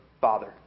Father